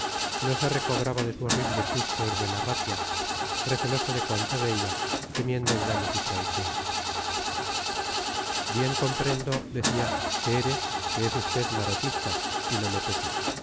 recobraba de su horrible susto el buen arratia receloso de cuanto veía temiendo engaños y traiciones bien comprendo decía que eres que es usted marotista y no me pesa